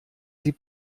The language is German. sie